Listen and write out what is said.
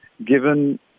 given